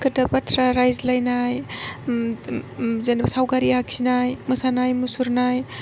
खोथा बाथ्रा रायज्लायनाय जेन'बा सावगारि आखिनाय मोसानाय मुसुरनाय